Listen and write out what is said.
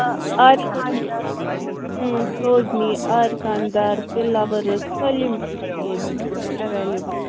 آ آرِکامہِ دار سوزنی آرِ کامہِ دار تِلا ؤرٕک سٲلِم کیٚنٛہہ چھُ ییٚتہِ ایٚویلیبُل